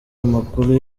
amakuru